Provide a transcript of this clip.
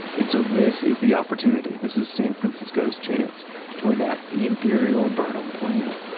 and so this is the opportunity, this is san francisco's chance to enact the imperial burnham plan.